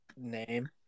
name